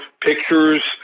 pictures